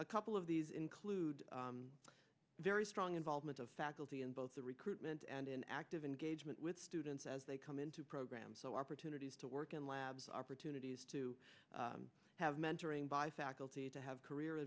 a couple of these include very strong involvement of faculty in both the recruitment and in active engagement with students as they come into program so opportunities to work in labs opportunities to have mentoring by faculty to have career